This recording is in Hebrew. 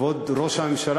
כבוד ראש הממשלה,